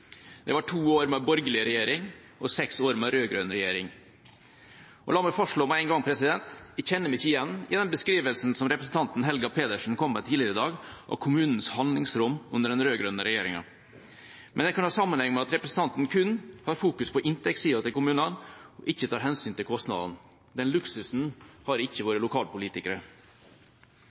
Det var to år med borgerlig regjering og seks år med rød-grønn regjering. La meg fastslå med en gang: Jeg kjenner meg ikke igjen i den beskrivelsen representanten Helga Pedersen kom med tidligere i dag om kommunens handlingsrom under den